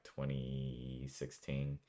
2016